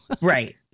Right